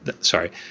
Sorry